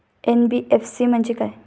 NBFC म्हणजे काय?